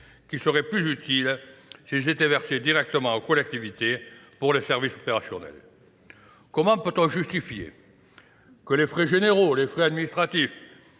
qui seraient plus utiles si ils étaient versés directement aux collectivités pour les services opérationnels. Comment peut-on justifier que les frais généraux, les frais administratifs